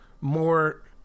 more